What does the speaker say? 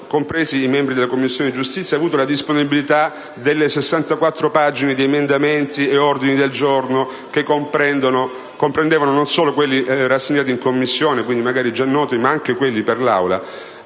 compresi i membri della Commissione giustizia, hanno avuto la disponibilità delle 64 pagine di emendamenti e ordini del giorno, che comprendevano non solo quelli già approvati in Commissione, quindi magari già noti, ma anche quelli presentati